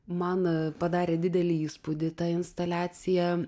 man padarė didelį įspūdį tą instaliaciją